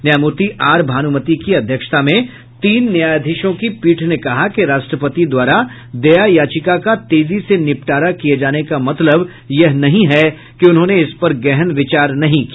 न्यायमूर्ति आर भानुमति की अध्यक्षता में तीन न्यायाधीशों की पीठ ने कहा कि राष्ट्रपति द्वारा दया याचिका का तेजी से निपटारा किये जाने का मतलब यह नहीं है कि उन्होंने इस पर गहन विचार नहीं किया